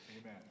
Amen